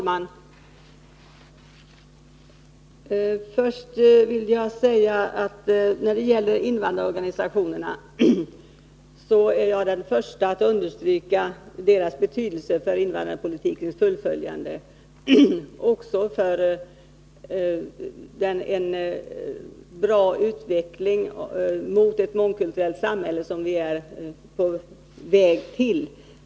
Herr talman! När det gäller invandrarorganisationerna är jag den första att understryka deras betydelse för invandrarpolitikens fullföljande och för en bra utveckling mot ett mångkulturellt samhälle som vi är på väg till.